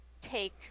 take